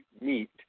meet